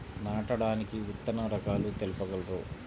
నాటడానికి విత్తన రకాలు తెలుపగలరు?